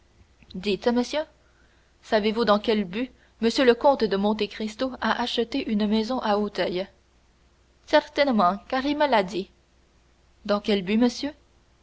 dites monsieur savez-vous dans quel but m le comte de monte cristo a acheté une maison à auteuil certainement car il me l'a dit dans quel but monsieur